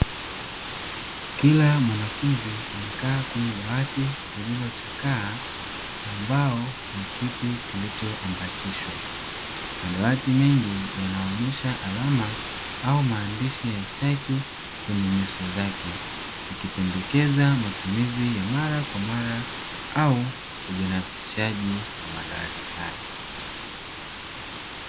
Kila mwanafunzi amekaa kwenye dawati lililochakaa, ambalo limeambatishwa na madawati mengine mengi, huku likionyesha alama au maandishi ya chaki kwenye uso wake, ikipendekeza matumizi ya mara kwa mara au ubinafsishaji wa madawati hayo.